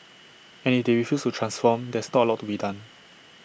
and if they refuse to transform there's not A lot to be done